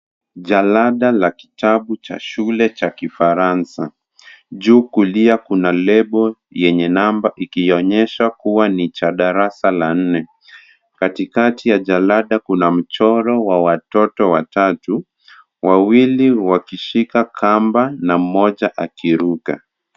Jalada la kitabu cha shule cha kifaransa, juu kulia kuna lebo yenye namba ikionyesha kuwa ni cha darasa la nne. Katikati ya jalada kuna mchoro wa watoto watatu, wawili wakishika kamba na mmoja akiruka.